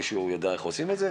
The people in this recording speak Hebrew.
מישהו יודע איך עושים את זה?